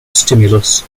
stimulus